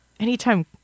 Anytime